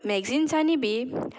मॅगजिन्सांनी बी